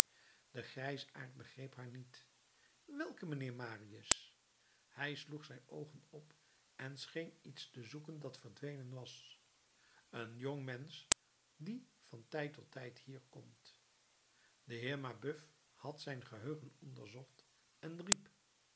de grijsaard begreep haar niet welken mijnheer marius hij sloeg zijn oogen op en scheen iets te zoeken dat verdwenen was een jong mensch die van tijd tot tijd hier komt de heer mabeuf had zijn geheugen onderzocht en riep